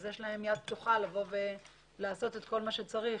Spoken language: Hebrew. יש להם יד פתוחה לבוא ולעשות את כל מה צריך